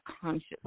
conscious